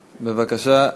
בבקשה.